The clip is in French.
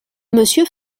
monsieur